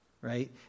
Right